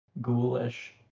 ghoulish